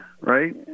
right